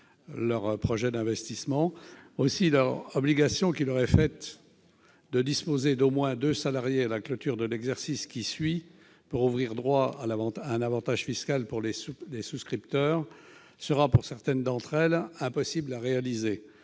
leurs projets d'investissement. Aussi, l'obligation qui leur est faite de disposer d'au moins deux salariés à la clôture de l'exercice qui suit pour ouvrir droit à un avantage fiscal pour les souscripteurs sera, pour certaines d'entre elles, impossible à réaliser,